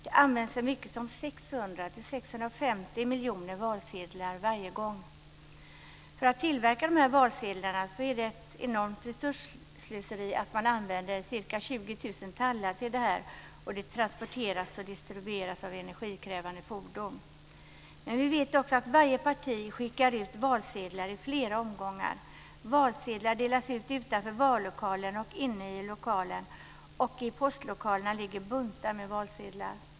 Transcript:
Det används så många som 600-650 miljoner valsedlar varje gång. För att tillverka dessa valsedlar använder man ca 20 000 tallar, vilket är ett enormt resursslöseri. Valsedlarna transporteras och distribueras sedan av energikrävande fordon. Men vi vet också att varje parti skickar ut valsedlar i flera omgångar. Valsedlar delas ut utanför vallokalen och inne i vallokalen, och i postlokalerna ligger buntar med valsedlar.